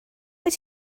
wyt